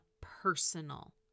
personal